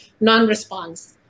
non-response